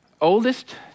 oldest